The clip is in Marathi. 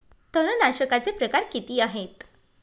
तणनाशकाचे प्रकार किती आहेत?